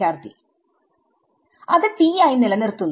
അത് t ആയി നിലനിർത്തുന്നു